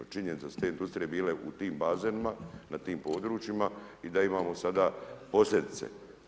Činjenica je da su te industrije bile u tim bazenima, na tim područjima i da imamo sada posljedice.